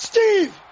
Steve